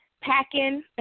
packing